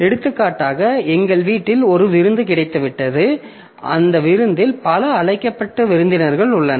எடுத்துக்காட்டாக எங்கள் வீட்டில் ஒரு விருந்து கிடைத்துவிட்டது அந்த விருந்தில் பல அழைக்கப்பட்ட விருந்தினர்கள் உள்ளனர்